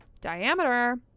Diameter